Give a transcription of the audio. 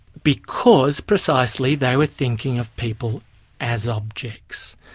because, precisely, they were thinking of people as objects.